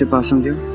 ah kusum yeah